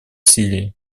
сирии